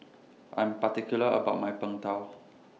I'm particular about My Png Tao